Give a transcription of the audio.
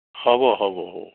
হ'ব হ'ব হ'ব